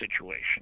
situation